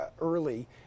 early